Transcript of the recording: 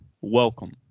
welcome